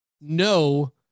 no